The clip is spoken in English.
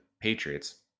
Patriots